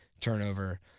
turnover